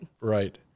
Right